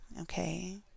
okay